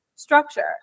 structure